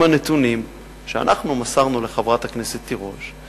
הנתונים שאנחנו מסרנו לחברת הכנסת תירוש,